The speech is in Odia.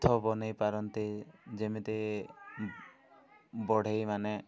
ବନେଇ ପାରନ୍ତି ଯେମିତି ବଢ଼େଇ ମାନେ